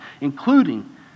including